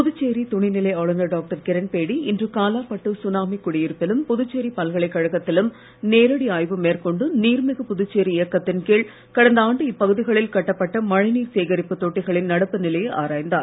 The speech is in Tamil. புதுச்சேரி துணைநிலை ஆளுநர் டாக்டர் கிரண்பேடி இன்று காலாப்பட்டு சுனாமி குடியிருப்பிலும் புதுச்சேரி பல்கலைக்கழகத்திலும் நேரடி ஆய்வு மேற்கொண்டு நீர்மிகு புதுச்சேரி இயக்கத்தின் கீழ் கடந்த ஆண்டு இப்பகுதிகளில் கட்டப்பட்ட மழைநீர் சேகரிப்பு தொட்டிகளின் நடப்பு நிலையை ஆராய்ந்தார்